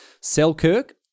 Selkirk